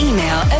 Email